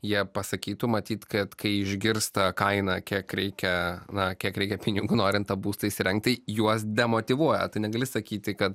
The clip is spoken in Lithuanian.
jie pasakytų matyt kad kai išgirsta kainą kiek reikia na kiek reikia pinigų norint tą būstą įsirengt tai juos demotyvuoja tai negali sakyti kad